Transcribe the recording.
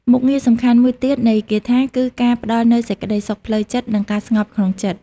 មុខងារសំខាន់មួយទៀតនៃគាថាគឺការផ្តល់នូវសេចក្តីសុខផ្លូវចិត្តនិងការស្ងប់ក្នុងចិត្ត។